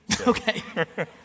okay